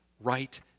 right